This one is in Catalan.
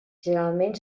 generalment